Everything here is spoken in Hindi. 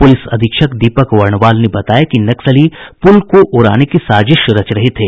पुलिस अधीक्षक दीपक वर्णवाल ने बताया कि नक्सली पुल को उड़ाने की साजिश कर रहे थे